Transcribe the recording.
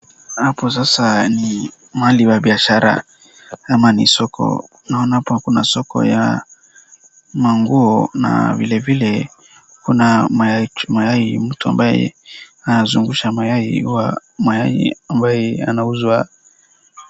Hapo sasa ni mahali pa biashara ama ni soko, naona hapa kuna soko ya manguo na vile vile kuna mayai, mtu ambaye anazungusha mayai huwa mayai yanauzwa.